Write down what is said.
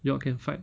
you all can fight